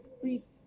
Please